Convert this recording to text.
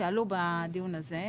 שעלו בדיון הזה.